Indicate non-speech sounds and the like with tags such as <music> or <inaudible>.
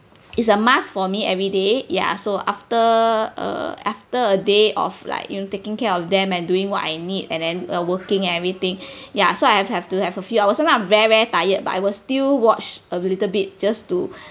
it's a must for me everyday ya so after a after a day of like you know taking care of them and doing what I need and then uh working everything <breath> ya so I have have to have a few hours sometime very very tired but I will still watch a little bit just to <breath>